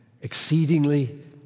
exceedingly